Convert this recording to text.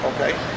Okay